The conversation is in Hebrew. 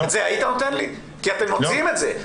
כי אתם מוציאים את זה.